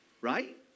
Right